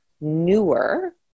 newer